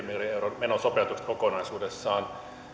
miljardin euron menosopeutukset kokonaisuudessaan